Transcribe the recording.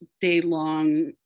day-long